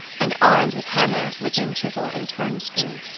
and armed with hammer, ripping chisel, and turnscrew,